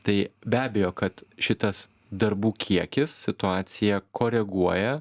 tai be abejo kad šitas darbų kiekis situaciją koreguoja